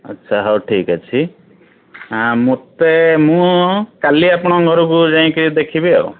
ଆଚ୍ଛା ହଉ ଠିକ୍ ଅଛି ମୋତେ ମୁଁ କାଲି ଆପଣଙ୍କ ଘରକୁ ଯାଇକି ଦେଖିବି ଆଉ